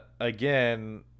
Again